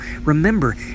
remember